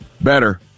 Better